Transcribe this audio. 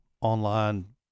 online